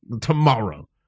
tomorrow